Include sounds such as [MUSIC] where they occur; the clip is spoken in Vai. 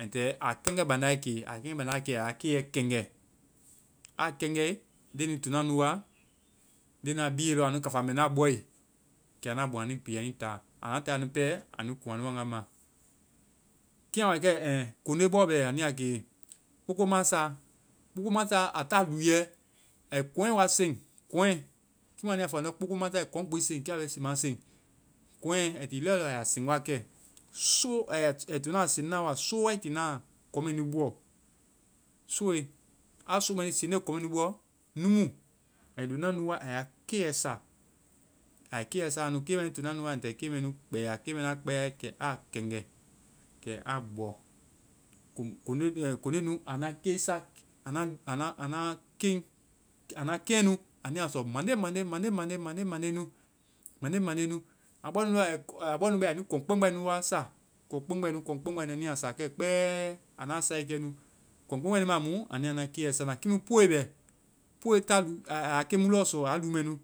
Ai [UNINTELLIGIBLE] a kɛŋgɛ banda ai ke. A kɛŋgɛ banda a ke, aiya keiyɛ kɛŋgɛ. Aa kɛŋgɛ, leŋnui to na nu wa. Leŋnu a biye lɔɔ, anu kafa mɛ nu a bɔe, kɛ anda bɔaŋ anui pii anui taa. Anda taae anu pɛ, anu kɔŋ anu wanga ma. Kɛ a bɛ kɛ, ɛ koŋnde bɔ bɛ anu ya ke kpokpomasa, kpokpomasa, a taa lúuɛ, ai kɔŋɛ wa seŋ. Kɔŋɛ! Kiimu anu ya fɔ, andɔ kpokpomasaa ai kɔŋɛ gbi seŋ kɛ a be [UNINTELLIGIBLE] seŋ kɔŋgɛ ai ti lɛolɛ, aya seŋ wa kɛ. Soo-ai to lɔɔ a seŋna wa, soo wae ti na kɔŋ mɛ nu buɔ. Sooe, a soo mɛ nu seŋne kɔŋ mɛ nu buɔ, nu mu. Ai loŋ na nu wa ai ya keiyɛ sa. Ai kei mɛ nui tiina nu wa ai ta kei mɛ nui kpɛya. A kpɛyae, kɛ a kɛŋgɛ. Kɛ a bɔ. Komu koŋdenu-koŋdenu anua keisa, ana, ana, ana, ana keŋ. [HESITATION] ana keŋnu aua sɔ mande, mande, mande, mande, mande, mande nu. Mande, mande nu. A bɔ nu bɛ, a bɔ nu bɛ, anui kɔŋkpɛŋgbɛ wa sa. Kɔŋkpɛŋgbɛ nu, kɔŋkpɛŋgbɛ nu. Anu ya sa kɛ kpɛɛ. Anda a sae kɛnu, kɔŋɛ boŋgɛ ma mu anu ya nua keiyɛ sa na. Kiimu poe bɛ, poe ta, aiya keŋ mu lɔɔ sɔ a luu mɛ nu.